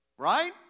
right